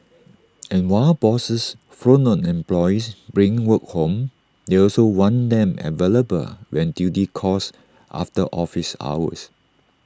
and while bosses frown on employees bringing work home they also want them available when duty calls after office hours